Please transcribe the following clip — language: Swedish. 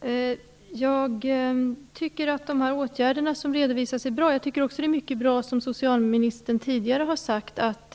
Fru talman! Jag tycker att åtgärderna som redovisas är bra. Jag tycker också att det är mycket bra som socialministern tidigare har sagt, att